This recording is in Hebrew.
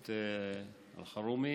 הכנסת אלחרומי,